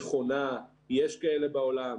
נכונה, יש כאלה בעולם.